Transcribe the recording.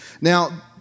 Now